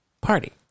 party